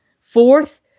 Fourth